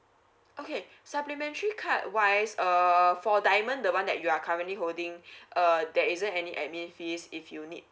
okay supplementary card wise err for diamond the one that you are currently holding uh there isn't any admin fees if you need